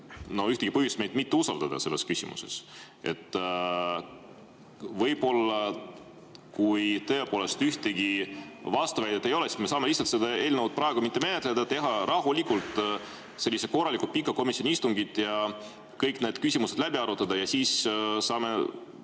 ühtegi põhjust mind mitte usaldada selles küsimuses. Võib-olla, kui tõepoolest ühtegi vastuväidet ei ole, me saame seda eelnõu praegu mitte menetleda, teha rahulikult sellise korralikult pika komisjoni istungi, et kõik need küsimused läbi arutada, ja siis saame